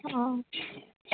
अ